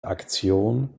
aktion